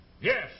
Yes